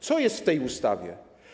Co jest w tej ustawie?